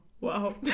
wow